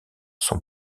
sont